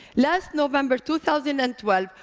last november two thousand and twelve,